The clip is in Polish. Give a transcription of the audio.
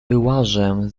wyłażę